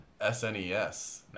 SNES